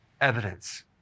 evidence